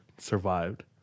survived